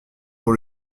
pour